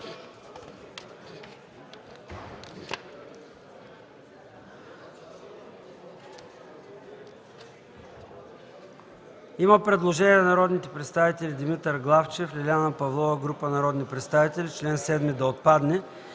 има предложение на народните представители Димитър Главчев, Лиляна Павлова и група народни представители – чл. 7 да отпадне.